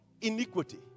iniquity